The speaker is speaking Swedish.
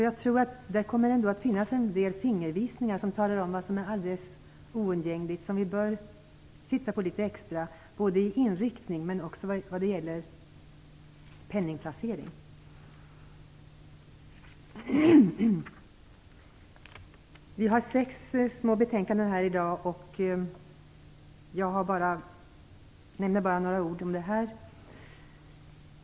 Jag tror att det ändå kommer att finnas en del fingervisningar där om vad som är alldeles oundgängligt och vad vi bör titta på litet extra, både vad gäller inriktning och penningplacering. Kulturutskottet har sex små betänkanden här i dag. Jag nämner bara några ord om det nu aktuella.